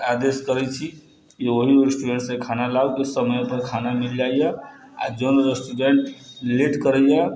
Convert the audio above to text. आदेश करै छी ओहि रेस्टूरेन्टसँ खाना लाउ जे समयपर खाना मिलि जाइए आओर जौन रेस्टूरेन्ट लेट करैए